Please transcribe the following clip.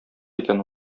икән